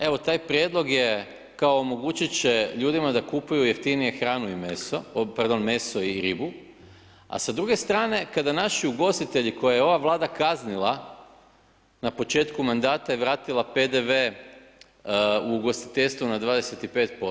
Evo taj prijedlog je, kao omogućiti će ljudima da kupuju jeftiniju hranu i meso, pardon, meso i ribu a s druge strane kada naši ugostitelji koje je ova Vlada kaznila na početku mandata i vratila PDV u ugostiteljstvu na 25%